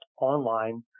online